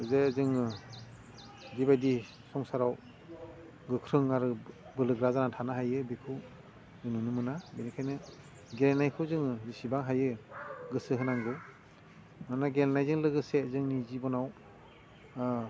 जे जोङो जिबायदि संसाराव गोख्रों आरो बोलोगोरा जाना थानो हायो बेखौ जों नुनो मोना बेनिखायनो गेलेनायखौ जोङो बिसिबां हायो गोसो होनांगौ मानोना गेलेनायजों लोगोसे जोंनि जिब'नाव